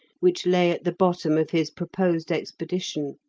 which lay at the bottom of his proposed expedition.